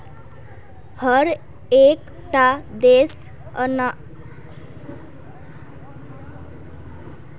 हर एक टा देश अपनार स्तरोंत महत्वपूर्ण वित्त अवधारणाएं निर्धारित कर बे करछे